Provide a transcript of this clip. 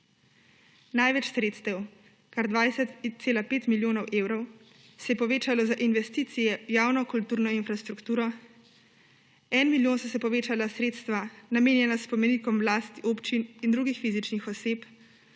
Največ sredstev, kar 20,5 milijona evrov, se je povečalo za investicije v javno kulturno infrastrukturo, za 1 milijon so se povečala sredstva, namenjena spomenikom v lasti občin in drugih fizičnih oseb,